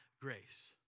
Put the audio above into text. grace